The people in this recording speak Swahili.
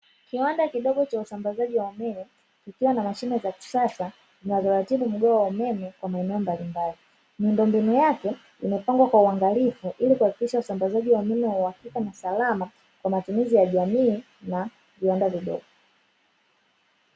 Kiwanda kidogo cha usambazaji wa umeme kikiwa na mashine za kisasa zinazoratibu mgao wa umeme kwa maeneo mbalimbali. Miundombinu yake imepangwa kwa uangalifu ili kuhakikisha usambazaji wa umeme wa uhakika na salama kwa matumizi ya jamii na viwanda vidogo.